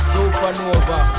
Supernova